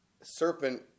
serpent